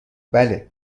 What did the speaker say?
بله